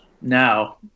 now